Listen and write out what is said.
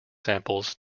samples